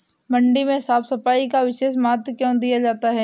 मंडी में साफ सफाई का विशेष महत्व क्यो दिया जाता है?